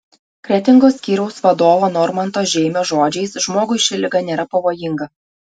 kretingos skyriaus vadovo normanto žeimio žodžiais žmogui ši liga nėra pavojinga